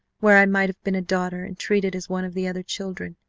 where i might have been a daughter and treated as one of the other children.